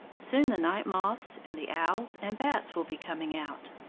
soon the night-moths and the owls and bats will be coming out.